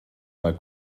mal